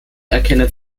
erkennen